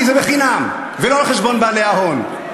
כי זה בחינם ולא על חשבון בעלי ההון.